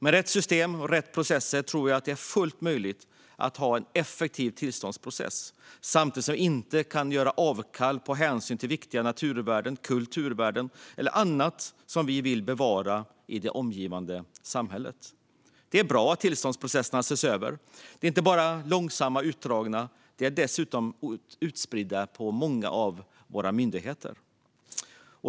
Med rätt system och rätt processer tror jag att det är fullt möjligt att ha en effektiv tillståndsprocess samtidigt som vi inte gör avkall på hänsynen till viktiga naturvärden, kulturvärden och annat som vi vill bevara i det omgivande samhället. Det är bra att tillståndsprocesserna ses över. De är inte bara långsamma och utdragna, utan de är dessutom utspridda på många av våra myndigheter.